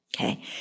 Okay